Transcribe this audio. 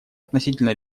относительно